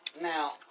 Now